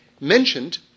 mentioned